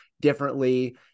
differently